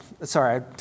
sorry